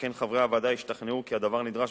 שכן חברי הוועדה השתכנעו כי הדבר נדרש